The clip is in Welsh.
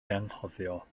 anghofio